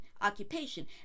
occupation